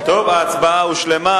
ההצבעה הושלמה.